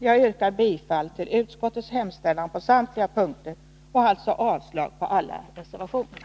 Jag yrkar bifall till utskottets hemställan på samtliga punkter och alltså avslag på alla reservationerna.